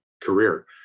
career